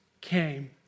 came